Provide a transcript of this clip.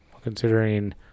Considering